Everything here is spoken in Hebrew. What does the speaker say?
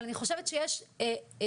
אבל אני חושבת שיש תפיסה